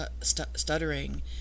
stuttering